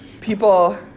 people